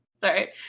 Sorry